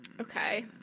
Okay